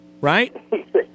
right